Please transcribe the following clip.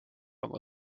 oma